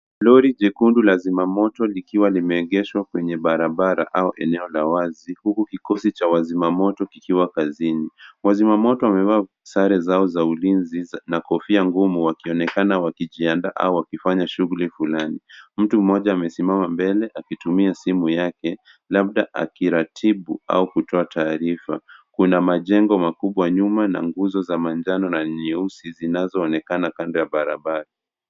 Lori jekundu la zimamoto likiwa limeegeshwa kwenye barabara au eneo la wazi huku kikosi cha wazima moto kikiwa kazini. Wazima moto wamevaa sare zao za ulinzi na kofia ngumu wakionekana wakijiandaa au wakifanya shughuli fulani. Mtu mmoja amesimama mbele akitumia simu yake labda akiratibu au kutoa taarifa\. Kuna majengo makubwa nyuma na nguzo za manjano na nyeusi zinazoonekana kando ya barabara.